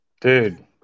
Dude